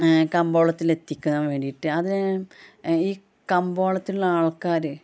കമ്പോളത്തിൽ എത്തിക്കാൻ വേണ്ടിയിട്ട് അത് ഈ കമ്പോളത്തിലുള്ള ആൾക്കാർ